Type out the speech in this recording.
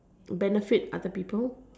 benefit other people